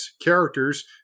characters